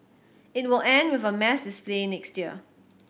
it will end with a mass display next year